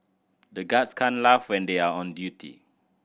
the guards can't laugh when they are on duty